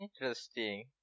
Interesting